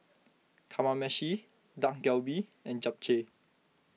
Kamameshi Dak Galbi and Japchae